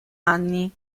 anni